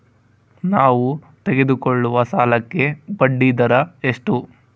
ನಾವು ತೆಗೆದುಕೊಳ್ಳುವ ಸಾಲಕ್ಕೆ ಬಡ್ಡಿದರ ಎಷ್ಟು?